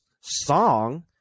song